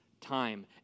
time